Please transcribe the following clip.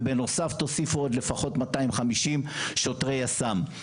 ותוסיף עוד לפחות 250 שוטרי יס"מ.